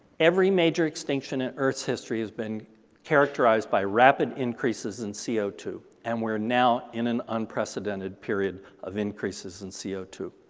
every major extinction in earth's history has been characterized by rapid increases in c o two. and we're now in an unprecedented period of increases in c o two.